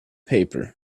paper